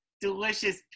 Delicious